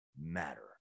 matter